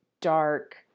dark